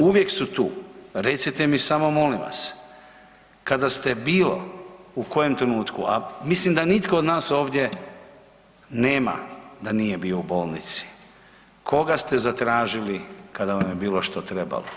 Uvijek su tu, recite mi samo, molim vas, kada ste bilo u kojem trenutku, a mislim da nitko od nas ovdje nema da nije bio u bolnici, koga ste zatražili kada vam je bilo što trebalo?